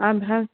اَدٕ حظ